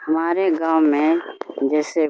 ہمارے گاؤں میں جیسے